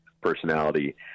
personality